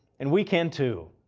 and we can, too!